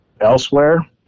elsewhere